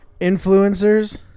influencers